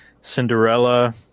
Cinderella